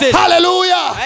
hallelujah